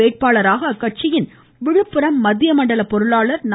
வேட்பாளராக அக்கட்சியின் விழுப்புரம் மத்திய மண்டல பொருளாளர் நா